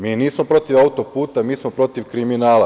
Mi nismo protiv autoputa, mi smo protiv kriminala.